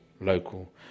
local